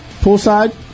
Poolside